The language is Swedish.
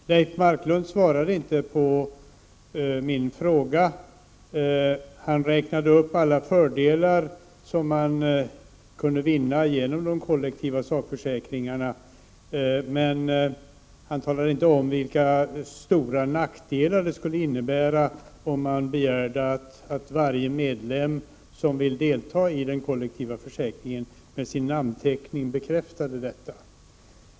Herr talman! Leif Marklund svarade inte på min fråga. Han räknade upp alla fördelar som man kunde vinna genom de kollektiva sakförsäkringarna, men han talade inte om vilka stora nackdelar det skulle innebära om man begärde att varje medlem som vill delta i den kollektiva försäkringen med sin namnteckning skall bekräfta detta.